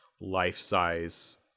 life-size